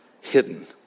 hidden